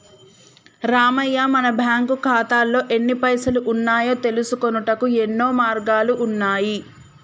రామయ్య మన బ్యాంకు ఖాతాల్లో ఎన్ని పైసలు ఉన్నాయో తెలుసుకొనుటకు యెన్నో మార్గాలు ఉన్నాయి